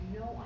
no